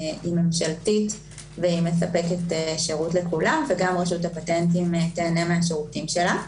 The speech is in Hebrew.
היא ממשלתית ומספקת שירות לכולם וגם רשות הפטנטים תיהנה מהשירותים שלה.